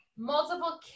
Multiple